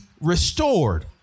restored